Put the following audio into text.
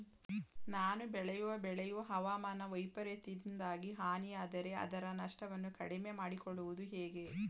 ನಾನು ಬೆಳೆಯುವ ಬೆಳೆಯು ಹವಾಮಾನ ವೈಫರಿತ್ಯದಿಂದಾಗಿ ಹಾನಿಯಾದರೆ ಅದರ ನಷ್ಟವನ್ನು ಕಡಿಮೆ ಮಾಡಿಕೊಳ್ಳುವುದು ಹೇಗೆ?